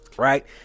right